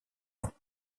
ans